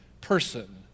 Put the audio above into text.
person